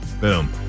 Boom